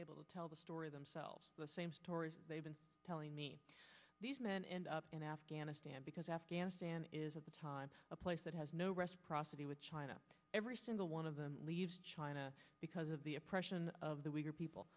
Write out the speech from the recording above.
able to tell the story themselves the same stories they've been telling me these men end up in afghanistan because afghanistan is at the time a place that has no reciprocity with china every single one of them leaves china because of the oppression of the weaker people